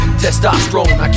testosterone